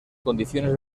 condiciones